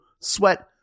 sweat